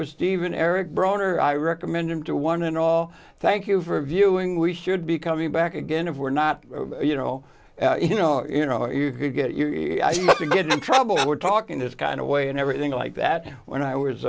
with stephen eric broner i recommend him to one and all thank you for viewing we should be coming back again if we're not you know you know you know you could get your to get in trouble we're talking this kind of way and everything like that when i was